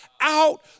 out